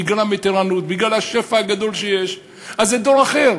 בגלל המתירנות, בגלל השפע הגדול, אז זה דור אחר.